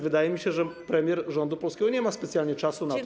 Wydaje mi się, że premier rządu polskiego nie ma specjalnie czasu na to.